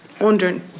wondering